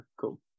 cool